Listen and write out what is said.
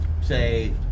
Say